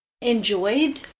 enjoyed